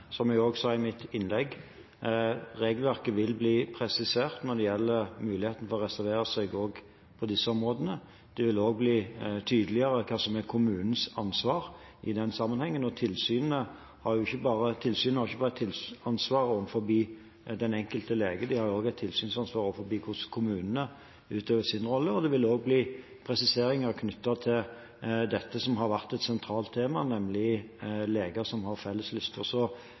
Som jeg også sa i mitt innlegg, vil regelverket bli presisert når det gjelder muligheten til å reservere seg, også på disse områdene. Det vil også bli tydeligere hva som er kommunens ansvar i den sammenhengen. Tilsynet har ikke bare ansvar overfor den enkelte lege, de har også et tilsynsansvar for hvordan kommunene utøver sin rolle. Det vil også bli presiseringer knyttet til dette som har vært et sentralt tema, nemlig leger som har felleslister. Disse endringene, som nå sendes ut på høring, og som forhåpentligvis vil bli gjennomført neste år, vil også